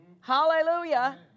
hallelujah